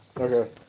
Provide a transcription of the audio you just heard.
Okay